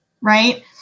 right